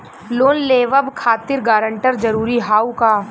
Loan लेवब खातिर guarantor जरूरी हाउ का?